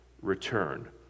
return